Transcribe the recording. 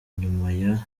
nyuma